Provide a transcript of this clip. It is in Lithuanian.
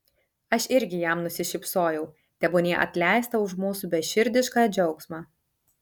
aš irgi jam nusišypsojau tebūnie atleista už mūsų beširdišką džiaugsmą